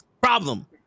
Problem